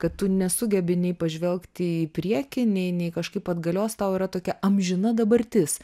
kad tu nesugebi nei pažvelgti į priekį nei nei kažkaip atgalios tau yra tokia amžina dabartis